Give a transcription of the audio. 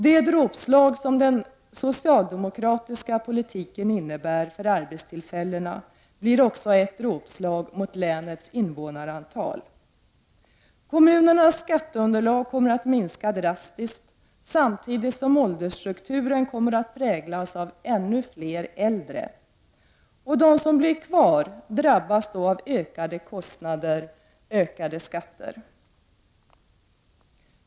Det dråpslag som den socialdemokratiska politiken innebär mot arbetstillfällena blir också ett dråpslag mot länets invånarantal. Kommunernas skatteunderlag kommer att minska drastiskt, samtidigt som ålderstrukturen kommer att präglas av ännu fler äldre. De som blir kvar drabbas av ökade kostnader, ökade skatter.